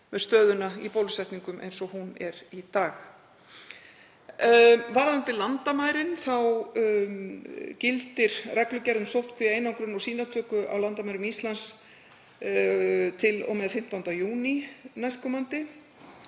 með stöðuna í bólusetningum eins og hún er í dag. Varðandi landamærin þá gildir reglugerð um sóttkví, einangrun og sýnatöku á landamærum Íslands til og með 15. júní næstkomandi.